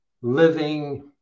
living